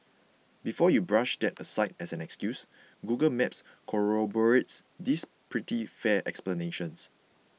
before you brush that aside as an excuse Google Maps corroborates this pretty fair explanation